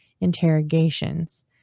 interrogations